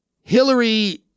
Hillary